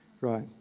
Right